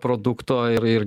produkto ir ir